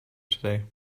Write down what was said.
today